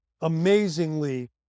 amazingly